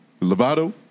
Lovato